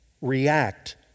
react